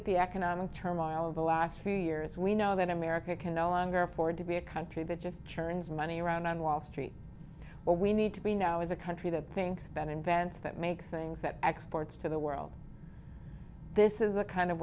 at the economic turmoil of the last few years we know that america can no longer afford to be a country that just turns money around on wall street but we need to be now as a country that thinks ben invents that makes things that exports to the world this is the kind of